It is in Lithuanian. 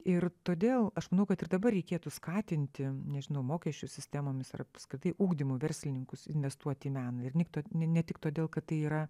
ir todėl aš manau kad ir dabar reikėtų skatinti nežinau mokesčių sistemomis ar apskritai ugdymu verslininkus investuoti į meną ir nykt ne tik todėl kad tai yra